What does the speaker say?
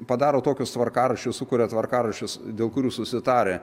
padaro tokius tvarkaraščius sukuria tvarkaraščius dėl kurių susitarę